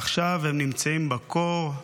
עכשיו הם נמצאים בקור,